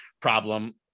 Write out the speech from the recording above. problem